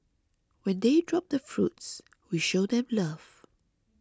when they drop the fruits we show them love